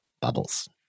bubbles